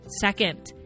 Second